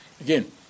again